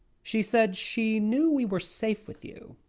she said she knew we were safe with you,